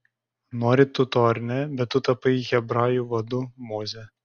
nori tu to ar ne bet tu tapai hebrajų vadu moze